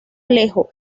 alejo